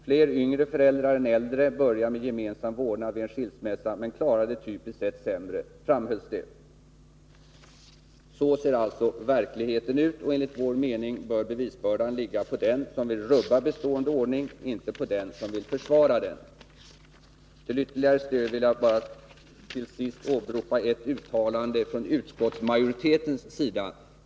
Fler yngre föräldrar än äldre börjar med gemensam vårdnad vid en skilsmässa men klarar det typiskt sett sämre, framhölls det.” Så ser alltså verkligheten ut. Enligt min mening bör bevisbördan ligga på den som vill rubba bestående ordning, inte på den som vill försvara den. Till ytterligare stöd vill jag bara till sist åberopa ett uttalande från utskottsmajoritetens sida.